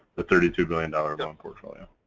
the thirty two billion dollars loan portfolio.